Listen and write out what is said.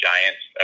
Giants